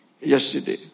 yesterday